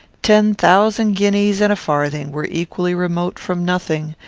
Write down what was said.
ten thousand guineas and a farthing were equally remote from nothing,